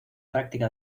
práctica